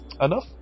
Enough